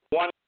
one